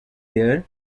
their